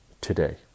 today